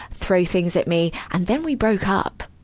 throw things at me. and then we broke up,